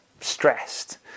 stressed